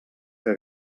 que